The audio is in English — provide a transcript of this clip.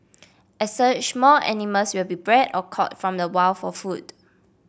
as such more animals will be bred or caught from the wild for food